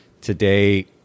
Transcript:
today